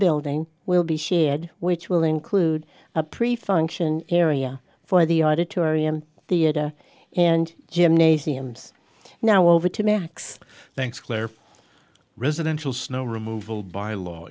building will be shared which will include a pre function area for the auditorium the ada and gymnasiums now over to max thanks claire for residential snow removal by law